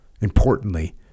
importantly